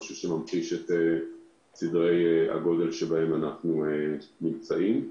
שממחיש את סדרי הגודל שבהם אנחנו נמצאים.